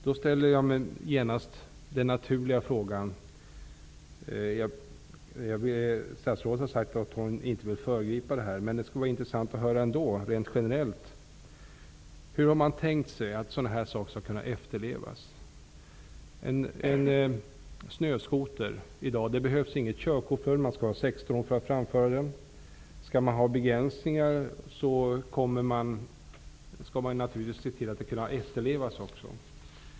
Statsrådet har sagt att hon inte vill föregripa remissbehandlingen, men det skulle ändå vara intressant att höra hur man har tänkt sig att en sådan sak som hastighetsbegränsning skall kunna efterlevas? Det behövs i dag inget körkort för snöskoter. Man skall bara vara 16 år för att få framföra ett sådant fordon. Skall det finnas begränsningar, är det naturligtvis viktigt att se till att de kan efterlevas också.